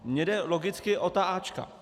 Mně jde logicky o ta áčka.